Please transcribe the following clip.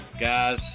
guys